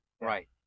right